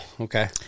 okay